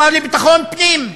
השר לביטחון פנים,